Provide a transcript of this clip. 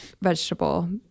Vegetable